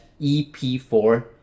EP4